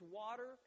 water